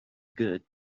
good